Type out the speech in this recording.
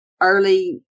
early